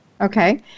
Okay